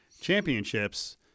championships